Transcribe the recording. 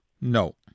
No